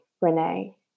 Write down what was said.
Renee